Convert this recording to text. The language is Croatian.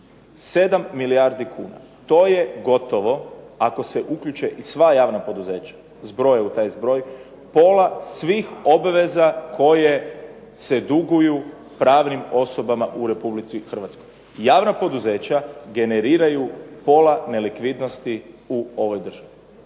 7 milijardi kuna. To je gotovo ako se i uključe i sva javna poduzeća zbroje u taj zbroj pola svih obveza koje se duguju pravnim osobama u Republici Hrvatskoj. Javna poduzeća generiraju pola nelikvidnosti u ovoj državi.